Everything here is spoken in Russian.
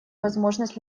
возможность